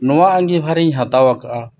ᱱᱚᱣᱟ ᱟᱸᱜᱤᱵᱷᱟᱨ ᱤᱧ ᱦᱟᱛᱟᱣ ᱟᱠᱟ ᱫᱼᱟ